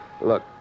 Look